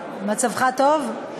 מצבך טוב?